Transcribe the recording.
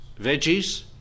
veggies